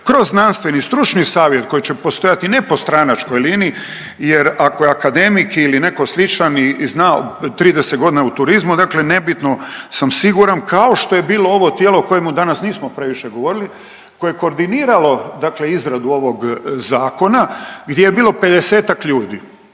kroz znanstveni i stručni savjet, koje će postojati ne po stranačkoj liniji jer ako je akademik ili neko sličan i zna, 30.g. u turizmu, dakle nebitno, sam siguran, kao što je bilo ovo tijelo o kojemu danas nismo previše govorili, koje je koordiniralo dakle izradu ovog zakona gdje je bilo 50-tak ljudi.